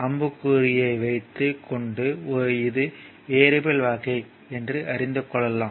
அம்புக்குறியைக் வைத்து கொண்டு இது வெறியபிள் வகை என்று அறிந்து கொள்ளலாம்